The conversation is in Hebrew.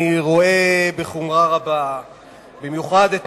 אני רואה בחומרה רבה במיוחד את